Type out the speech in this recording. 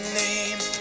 name